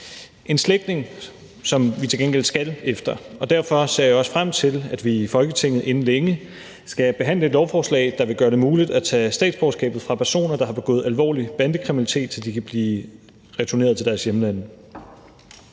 en slægtning, som vi til gengæld skal efter, og derfor ser jeg også frem til, at vi i Folketinget inden længe skal behandle et lovforslag, der vil gøre det muligt at tage statsborgerskabet fra personer, der har begået alvorlig bandekriminalitet, så de kan blive returneret til deres hjemlande.